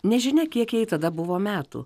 nežinia kiek jai tada buvo metų